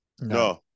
No